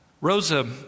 Rosa